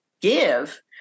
give